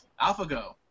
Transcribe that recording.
AlphaGo